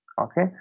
okay